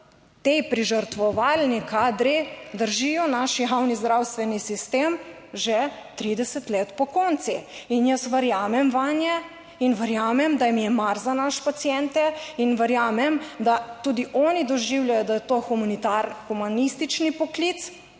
ti požrtvovalni kadri držijo naš javni zdravstveni sistem že 30 let pokonci. In jaz verjamem vanje in verjamem, da jim je mar za naše paciente in verjamem, da tudi oni doživljajo, da je to humanitarnihumanistični poklic